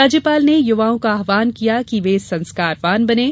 राज्यपाल ने युवाओं का आहवान किया कि वे संस्कारवान बनें